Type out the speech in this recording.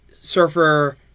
Surfer